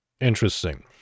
Interesting